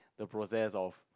the process of